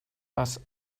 but